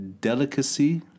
delicacy